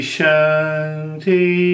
Shanti